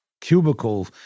cubicle